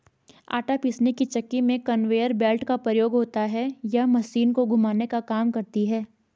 आटा पीसने की चक्की में कन्वेयर बेल्ट का प्रयोग होता है यह मशीन को घुमाने का काम करती है